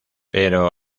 pero